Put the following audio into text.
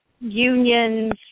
unions